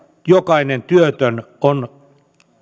jokainen työtön on